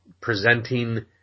presenting